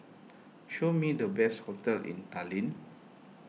show me the best hotels in Tallinn